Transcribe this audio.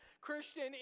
Christian